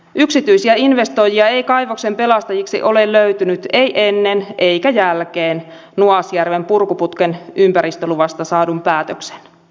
yksityisiä investoijia ei kaivoksen pelastajiksi ole löytynyt ei ennen eikä jälkeen nuasjärven purkuputken ympäristöluvasta saadun päätöksen